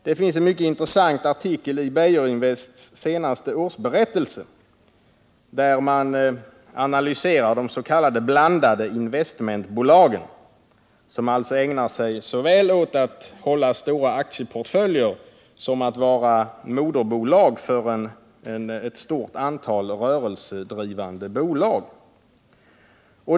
Det finns en mycket intressant artikel i Beijerinvests senaste årsberättelse där man analyserar de s.k. blandade investmentbolagen, som alltså ägnar sig åt såväl att hålla stora aktieportföljer som att vara moderbolag för ett stort antal rörelsedrivande bolag.